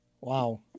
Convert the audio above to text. Wow